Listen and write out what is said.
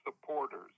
supporters